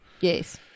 Yes